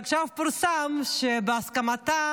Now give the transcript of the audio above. עכשיו פורסם שבהסכמתה